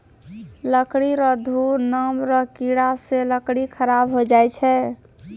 लकड़ी रो घुन नाम रो कीड़ा से लकड़ी खराब होय जाय छै